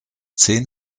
zehn